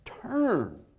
Turn